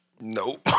Nope